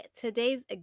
Today's